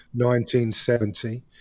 1970